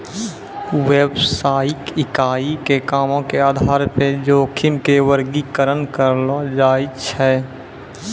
व्यवसायिक इकाई के कामो के आधार पे जोखिम के वर्गीकरण करलो जाय छै